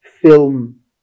film